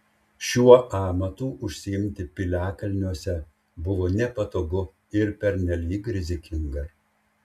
šiuo amatu užsiimti piliakalniuose buvo nepatogu ir pernelyg rizikinga